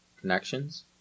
connections